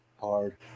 hard